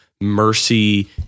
mercy